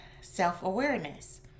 self-awareness